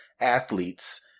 athletes